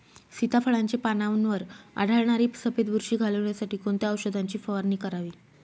सीताफळाचे पानांवर आढळणारी सफेद बुरशी घालवण्यासाठी कोणत्या औषधांची फवारणी करावी?